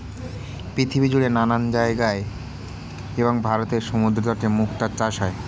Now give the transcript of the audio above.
পৃথিবীজুড়ে নানা জায়গায় এবং ভারতের সমুদ্রতটে মুক্তার চাষ হয়